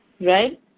right